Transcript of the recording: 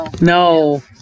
No